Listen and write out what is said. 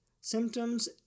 symptoms